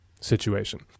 situation